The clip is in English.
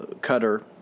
cutter